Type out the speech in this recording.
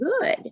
good